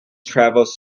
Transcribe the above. travels